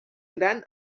gran